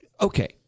Okay